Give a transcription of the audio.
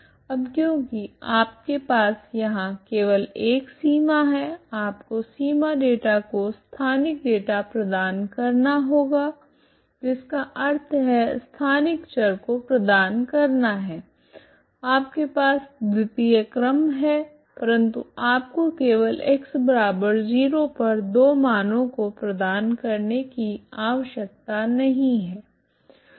अब क्योंकि आपके पास यहां केवल एक सीमा है आपको सीमा डेटा को स्थानिक डेटा प्रदान करना होगा जिसका अर्थ है स्थानिक चर को प्रदान करना है आपके पास द्वतीय क्रम है परंतु आपको केवल x0 पर दो मानो को प्रदान करने की आवश्यकता नहीं है